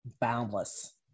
boundless